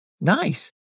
Nice